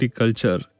culture